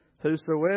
Whosoever